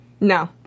No